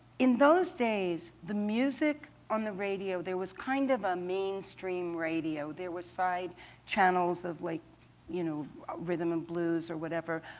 in those days, the music on the radio, there was kind of a mainstream radio. there were side channels of like you know rhythm and blues or whatever.